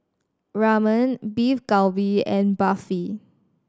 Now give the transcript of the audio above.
Ramen Beef Galbi and Barfi